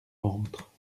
ventre